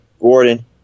Gordon